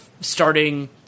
starting